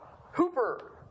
hooper